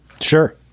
Sure